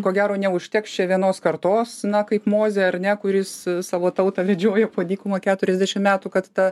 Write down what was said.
ko gero neužteks čia vienos kartos na kaip mozė ar ne kuris savo tautą vedžiojo po dykumą keturiasdešim metų kad ta